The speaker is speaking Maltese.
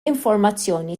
informazzjoni